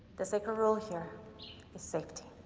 the second rule here is safety.